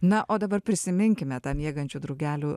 na o dabar prisiminkime tą miegančių drugelių